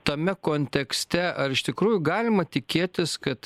tame kontekste ar iš tikrųjų galima tikėtis kad